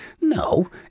No